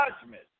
Judgment